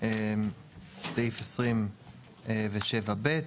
סעיף 27(ב):